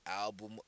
album